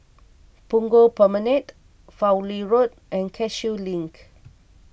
Punggol Promenade Fowlie Road and Cashew Link